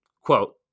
quote